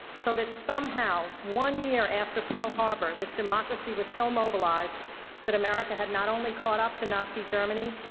so that somehow, one year after pearl harbor, this democracy was so mobilized that america had not only caught up to nazi germany,